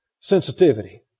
sensitivity